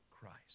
Christ